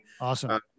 Awesome